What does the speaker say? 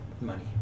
money